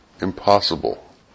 impossible